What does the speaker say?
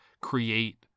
create